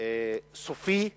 סופי ומובהק.